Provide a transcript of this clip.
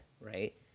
right